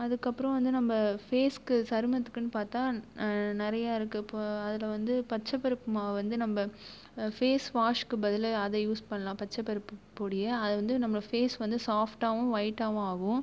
அதுக்கப்புறம் வந்து நம்ம ஃபேஸுக்கு சருமத்துக்குன்னு பார்த்தா நிறைய இருக்கு இப்போது அதில் வந்து பச்சை பருப்பு மாவு வந்து நம்ம ஃபேஸ் வாஷுக்கு பதில் அதை யூஸ் பண்ணலாம் பச்சை பருப்பு பொடியை அது வந்து நம்ம ஃபேஸ் வந்து சாஃப்டாகவும் ஒயிட்டாகவும் ஆகும்